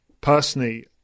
Personally